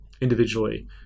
individually